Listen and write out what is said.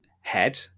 head